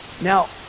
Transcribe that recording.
Now